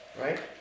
right